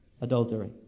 adultery